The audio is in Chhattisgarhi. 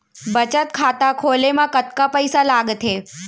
बचत खाता खोले मा कतका पइसा लागथे?